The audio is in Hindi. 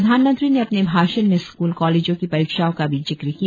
प्रधानमंत्री ने अपने भाषण में सकल कॉलेजों की परीक्षाओं का भी जिक्र किया